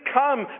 come